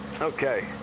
okay